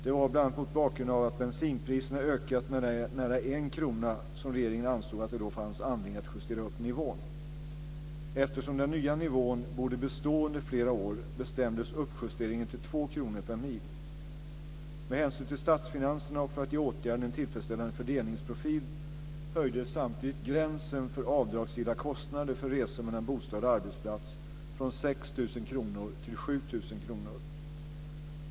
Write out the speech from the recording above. Det var bl.a. mot bakgrund av att bensinpriserna ökat med nära en krona som regeringen ansåg att det då fanns anledning att justera upp nivån. Eftersom den nya nivån borde bestå under flera år bestämdes uppjusteringen till två kronor per mil. Med hänsyn till statsfinanserna och för att ge åtgärden en tillfredsställande fördelningsprofil höjdes samtidigt gränsen för avdragsgilla kostnader för resor mellan bostad och arbetsplats från 6 000 kr till 7 000 kr.